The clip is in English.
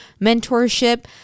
mentorship